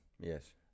Yes